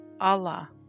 Allah